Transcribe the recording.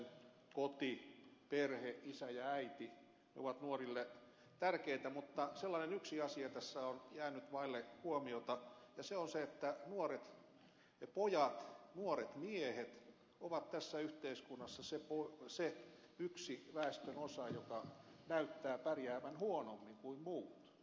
koti perhe isä ja äiti ovat nuorille tärkeitä mutta sellainen yksi asia tässä on jäänyt vaille huomiota ja se on se että nuoret pojat nuoret miehet ovat tässä yhteiskunnassa se yksi väestönosa joka näyttää pärjäävän huonommin kuin muut